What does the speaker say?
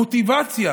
המוטיבציה